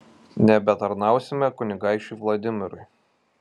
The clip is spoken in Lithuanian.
nebetarnausime kunigaikščiui vladimirui